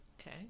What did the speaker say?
Okay